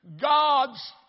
God's